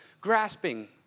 grasping